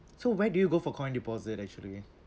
so where do you go for coin deposit actually